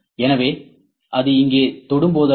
எனவே அது இங்கே தொடும் போதெல்லாம்